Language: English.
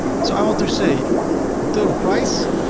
so i want to say total price.